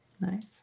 Nice